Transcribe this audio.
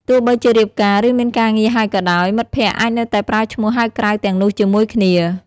ទោះបីជារៀបការ ឬមានការងារហើយក៏ដោយ មិត្តភក្តិអាចនៅតែប្រើឈ្មោះហៅក្រៅទាំងនោះជាមួយគ្នា។